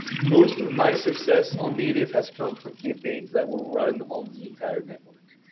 most of my success on native has come from campaigns that were run on the entire network.